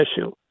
issue